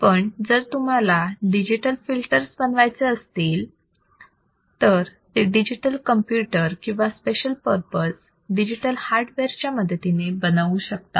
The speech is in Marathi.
पण जर तुम्हाला डिजिटल फिल्टर्स बनवायचे असतील तर ते डिजिटल कंप्यूटर किंवा स्पेशल पर्पज डिजिटल हार्डवेअर च्या मदतीने बनवू शकता